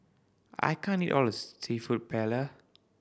I can't eat all of this Seafood Paella